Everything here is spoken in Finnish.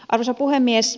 arvoisa puhemies